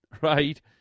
right